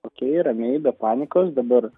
okei ramiai be panikos dabar